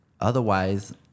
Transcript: Otherwise